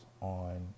on